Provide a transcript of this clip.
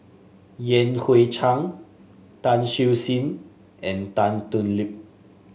Yan Hui Chang Tan Siew Sin and Tan Thoon Lip